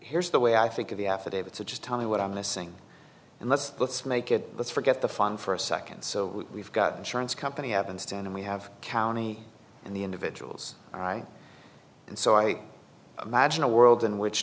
here's the way i think of the affidavit so just tell me what i'm missing and let's let's make it let's forget the fun for a second so we've got insurance company evanston and we have county in the individual's right and so i imagine a world in which